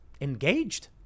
engaged